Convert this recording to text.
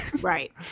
right